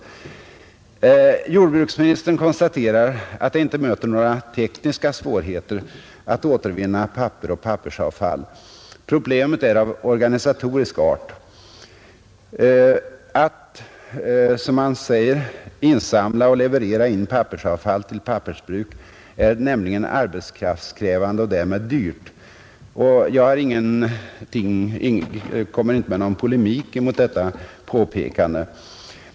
Jordbruksministern konstaterar att det inte möter några tekniska svårigheter att återvinna papper och pappersavfall. Problemet är av organisatorisk art. ”Att insamla och leverera in pappersavfall till pappersbruk är nämligen arbetskraftskrävande och därmed dyrt.” Jag kommer inte med någon polemik mot detta påpekande.